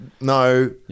no